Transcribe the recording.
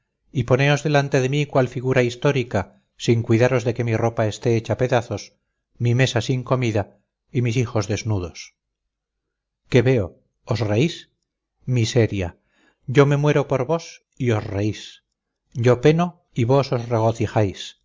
y poneos delante de mí cual figura histórica sin cuidaros de que mi ropa esté hecha pedazos mi mesa sin comida y mis hijos desnudos qué veo os reís miseria yo me muero por vos y os reís yo peno y vos os regocijáis yo enflaquezco y